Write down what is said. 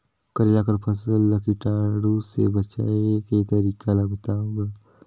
करेला कर फसल ल कीटाणु से बचाय के तरीका ला बताव ग?